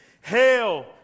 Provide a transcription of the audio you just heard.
Hail